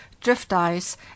drift-ice